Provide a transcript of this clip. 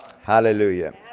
Hallelujah